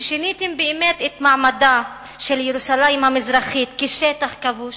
ששיניתם באמת את מעמדה של ירושלים המזרחית כשטח כבוש?